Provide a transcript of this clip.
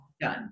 Done